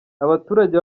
abaturage